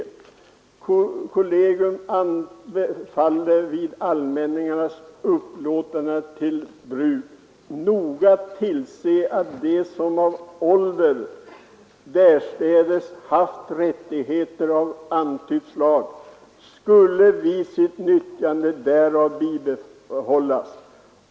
Kollegium anbefalldes vid allmänningars upplåtande till bruk noga tillse, att de, som av ålder därstädes haft rättigheter av antytt slag, skulle vid sitt nyttjande därav bibehållas.